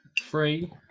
three